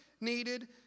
Needed